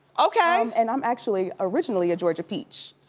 okay. and i'm actually originally a georgia peach,